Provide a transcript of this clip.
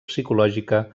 psicològica